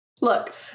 Look